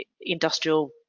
Industrial